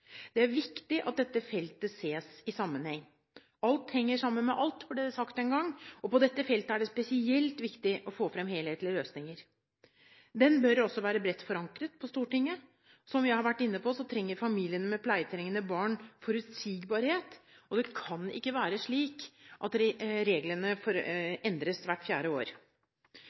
Det er viktig at dette feltet ses i sammenheng. Alt henger sammen med alt, ble det sagt en gang, og på dette feltet er det spesielt viktig å få frem helhetlige løsninger. Det bør også være bredt forankret på Stortinget. Som vi har vært inne på, trenger familiene med pleietrengende barn forutsigbarhet, og det kan ikke være slik at reglene endres hvert fjerde år.